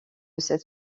cette